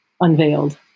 unveiled